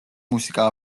მუსიკა